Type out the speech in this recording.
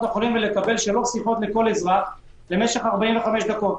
החולים ולקבל שלוש שיחות לכל אזרח למשך 45 דקות,